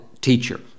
teacher